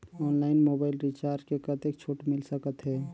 Online mobile recharge मे कतेक छूट मिल सकत हे?